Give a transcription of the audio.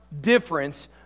difference